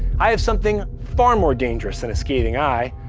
i have something far more dangerous than a scathing eye,